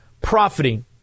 profiting